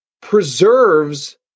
preserves